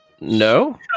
No